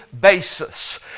basis